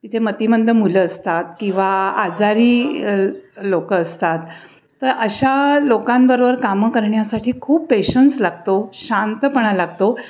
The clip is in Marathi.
तिथे मतिमंद मुलं असतात किंवा आजारी लोक असतात तर अशा लोकांबरोबर कामं करण्यासाठी खूप पेशन्स लागतो शांतपणा लागतो